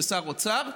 כשר האוצר,